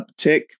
uptick